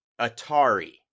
Atari